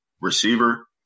receiver